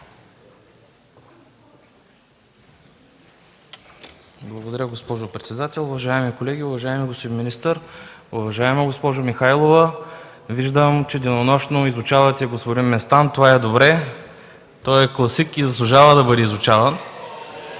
Благодаря, госпожо председател. Уважаеми колеги, уважаеми господин министър! Уважаема госпожо Михайлова, виждам, че денонощно изучавате господин Местан. Това е добре, той е класик и заслужава да бъде изучаван.